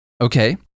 okay